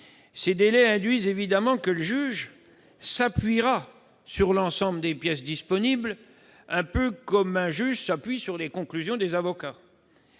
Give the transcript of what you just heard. Ces délais induisent évidemment que le juge s'appuiera sur l'ensemble des pièces disponibles, un peu comme un juge s'appuie sur les conclusions des avocats.